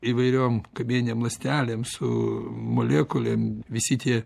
įvairiom kamieninėm ląstelėm su molekulėm visi tie